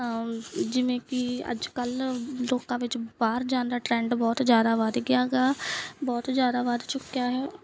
ਜਿਵੇਂ ਕਿ ਅੱਜ ਕੱਲ੍ਹ ਲੋਕਾਂ ਵਿੱਚ ਬਾਹਰ ਜਾਣ ਦਾ ਟਰੈਂਡ ਬਹੁਤ ਜ਼ਿਆਦਾ ਵੱਧ ਗਿਆ ਗਾ ਬਹੁਤ ਜ਼ਿਆਦਾ ਵੱਧ ਚੁੱਕਿਆ ਹੈ